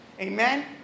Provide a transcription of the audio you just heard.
amen